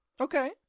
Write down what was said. Okay